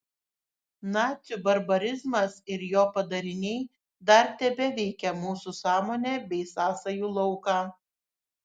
nacių barbarizmas ir jo padariniai dar tebeveikia mūsų sąmonę bei sąsajų lauką